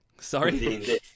Sorry